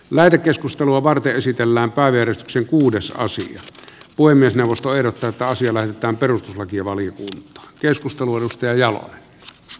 lähetekeskustelua varten esitellään kaveriksi kuudessa asiat voi myös neuvosto erotetaan siellä on perustuslakivaliokunta keskusteluun ja jalo perustuslakivaliokuntaan